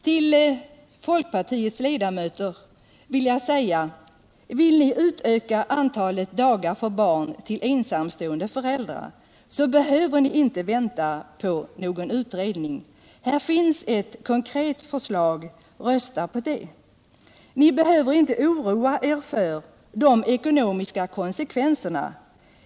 Till folkpartiets ledamöter vill jag säga följande. Vill ni utöka antalet dagar för barn till ensamstående föräldrar behöver ni inte vänta på någon utredning. Det finns ett konkret förslag — rösta på det! Ni behöver inte oroa er för de ekonomiska konsekvenserna.